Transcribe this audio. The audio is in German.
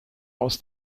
aus